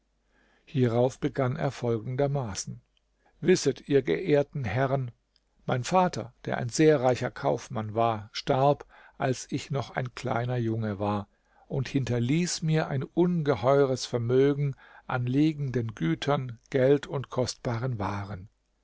hierauf begann er folgendermaßen wisset ihr geehrten herren mein vater der ein sehr reicher kaufmann war starb als ich noch ein kleiner junge war und hinterließ mir ein ungeheures vermögen an liegenden gütern geld und kostbaren waren